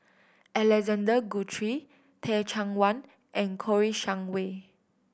Alexander Guthrie Teh Cheang Wan and Kouo Shang Wei